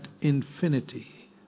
infinity